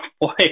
Boy